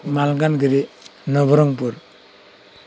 Malkangiri Nabarangpur